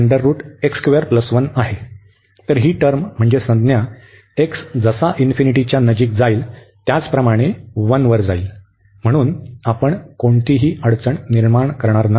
तर ही टर्म म्हणजे संज्ञा x जसा इन्फिनिटीच्या नजिक जाईल त्याप्रमाणेच 1 वर जाईल म्हणून आपण कोणतीही अडचण निर्माण करणार नाही